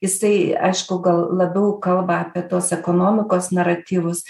jisai aišku gal labiau kalba apie tuos ekonomikos naratyvus